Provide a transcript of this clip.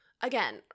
Again